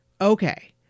Okay